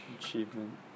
Achievement